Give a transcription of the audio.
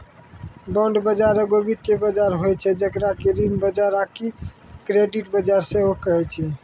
bond बजार एगो वित्तीय बजार होय छै जेकरा कि ऋण बजार आकि क्रेडिट बजार सेहो कहै छै